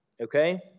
Okay